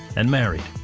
and married.